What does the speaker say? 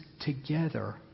together